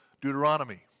Deuteronomy